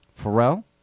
Pharrell